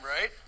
right